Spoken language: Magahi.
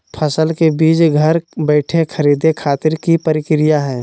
फसल के बीज घर बैठे खरीदे खातिर की प्रक्रिया हय?